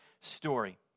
story